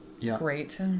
great